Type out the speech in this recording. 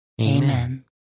Amen